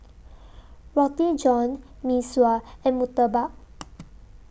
Roti John Mee Sua and Murtabak